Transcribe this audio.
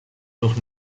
durch